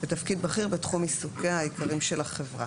בתפקיד בכיר בתחום עיסוקיה העיקריים של החברה.